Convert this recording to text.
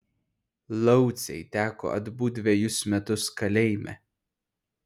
laucei teko atbūt dvejus metus kalėjime